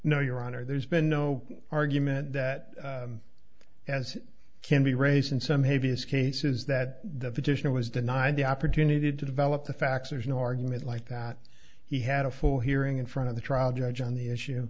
no your honor there's been no argument that as can be raised in some heaviest cases that the petitioner was denied the opportunity to develop the facts or an argument like that he had a full hearing in front of the trial judge on the issue